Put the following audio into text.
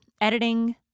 editing